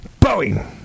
Boeing